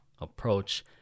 approach